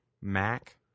Mac